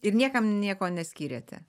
ir niekam nieko neskyrėte